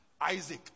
isaac